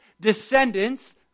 descendants